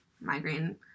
migraine